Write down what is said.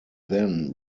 then